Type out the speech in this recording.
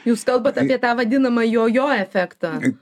jūs kalbat apie tą vadinamą jojo efektą